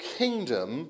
kingdom